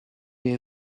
est